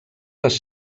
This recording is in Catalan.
les